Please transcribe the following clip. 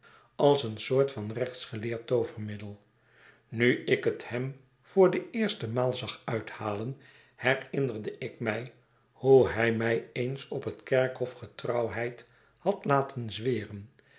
als een soort van rechtsgeleerd toovermiddel nu ik het hem voor de eerste maal zag uithalen herinnerde ik mij hoe hij mij eens op het kerkhof getrouwheid had laten zweren